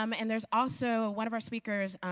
um and there's also one of our speakers,